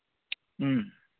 ꯎꯝ